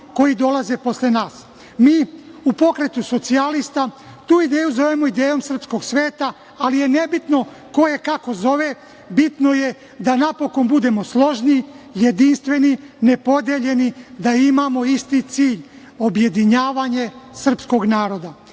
koji dolaze posle nas. Mi u Pokretu socijalista tu ideju zovemo – idejom srpskog sveta, ali je nebitno ko je kako zove, bitno je da napokon budemo složni, jedinstveni, nepodeljeni, da imamo isti cilj – objedinjavanje srpskog naroda. Po